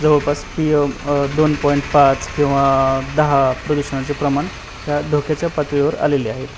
जवळपास P M दोन point पाच किंवा दहा प्रदूषणाचे प्रमाण त्या धोक्याच्या पातळीवर आलेले आहेत